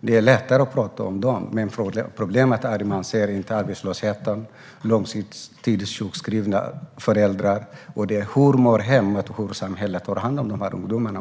Det är lättare att prata om ungdomarna. Problemet är att man inte ser arbetslösheten, de långtidssjukskrivna föräldrarna, hur hemmet mår och hur samhället tar hand om de här ungdomarna.